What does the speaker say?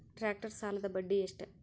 Tractor ಸಾಲದ್ದ ಬಡ್ಡಿ ಎಷ್ಟ?